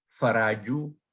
Faraju